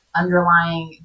underlying